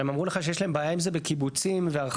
אבל הם אמרו לך שיש להם בעיה עם זה בקיבוצים והרחבות.